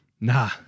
Nah